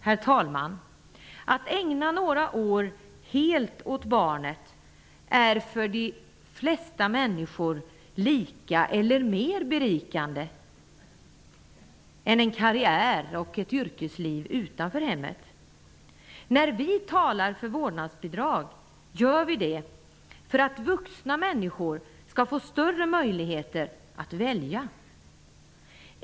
Herr talman! Att ägna några år helt åt barnet är för de flesta människor lika berikande som, eller mer berikande än, en karriär och ett yrkesliv utanför hemmet. När vi talar för vårdnadsbidrag gör vi det för att vuxna människor skall få större möjligheter att välja.